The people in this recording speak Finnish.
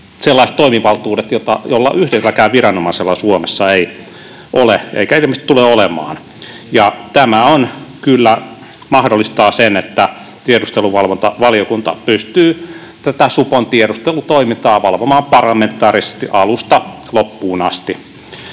sellaiset toimivaltuudet, joita yhdelläkään viranomaisella Suomessa ei ole — eikä ilmeisesti tule olemaan — ja tämä kyllä mahdollistaa sen, että tiedusteluvalvontavaliokunta pystyy tätä supon tiedustelutoimintaa valvomaan parlamentaarisesti alusta loppuun asti.